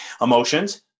Emotions